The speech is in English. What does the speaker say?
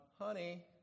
Honey